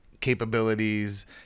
capabilities